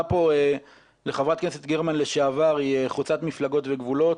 פה לחברת הכנסת גרמן לשעבר היא חוצת מפלגות וגבולות